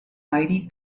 mighty